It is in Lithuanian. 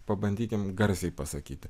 pabandykim garsiai pasakyti